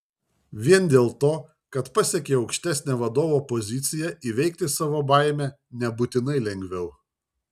vien dėl to kad pasiekei aukštesnę vadovo poziciją įveikti savo baimę nebūtinai lengviau